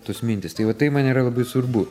tos mintys tai va tai man yra labai svarbu